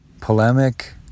polemic